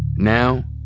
now,